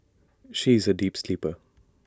she is A deep sleeper